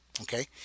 okay